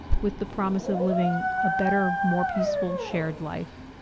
with the promise of living a better, more peaceful, shared life.